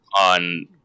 on